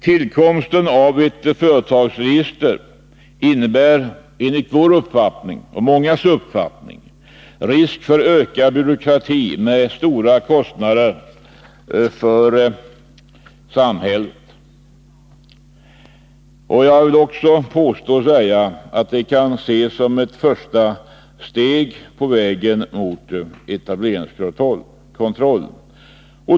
Tillkomsten av ett företagsregister innebär enligt vår, och många andras, uppfattning risk för ökad byråkrati med stora kostnader för samhället som följd. Jag vill också säga att det kan ses som ett första steg på vägen mot etableringskontroll.